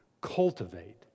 cultivate